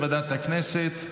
אנחנו נעביר את זה לוועדת הכנסת,